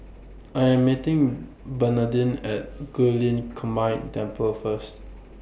I Am meeting Bernardine At Guilin Combined Temple First